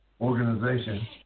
organization